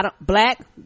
black